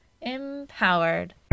empowered